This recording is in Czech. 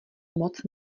moc